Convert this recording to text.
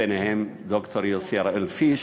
ביניהם ד"ר יוסי הראל-פיש,